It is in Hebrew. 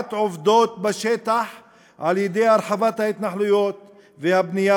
קביעת עובדות בשטח על-ידי הרחבת ההתנחלויות והבנייה